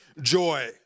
joy